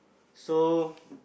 so